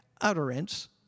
utterance